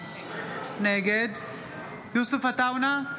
נגד יוסף עטאונה,